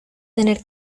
tener